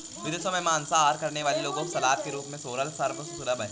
विदेशों में मांसाहार करने वाले लोगों को सलाद के रूप में सोरल सर्व सुलभ है